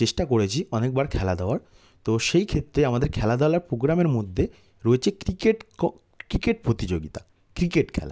চেষ্টা করেছি অনেকবার খেলা দেওয়ার তো সেই ক্ষেত্রে আমাদের খেলাধূলার প্রোগ্রামের মধ্যে রয়েছে ক্রিকেট ক্রিকেট প্রতিযোগিতা ক্রিকেট খেলা